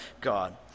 God